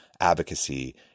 advocacy